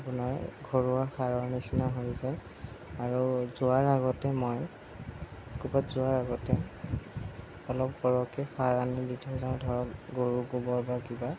আপোনাৰ ঘৰুৱা সাৰৰ নিচিনা হৈ যায় আৰু যোৱাৰ আগতে মই কৰবাত যোৱাৰ আগতে অলপ সৰহকৈ সাৰ আনি দি থৈ যাওঁ ধৰক গৰুৰ গোবৰ বা কিবা